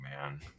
man